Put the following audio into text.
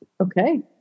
Okay